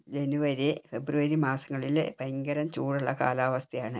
ജനുവരി ഫെബ്രുവരി മാസങ്ങളിൽ ഭയങ്കരം ചൂടുള്ള കാലാവസ്ഥ ആണ്